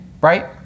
right